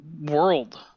world